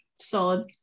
Solid